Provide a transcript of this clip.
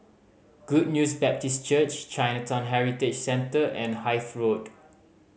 Good News Baptist Church Chinatown Heritage Centre and Hythe Road